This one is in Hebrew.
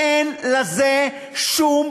אין לזה שום,